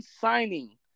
signing